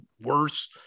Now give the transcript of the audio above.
worse